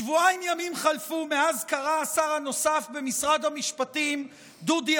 שבועיים ימים מאז קרא השר הנוסף במשרד המשפטים דודי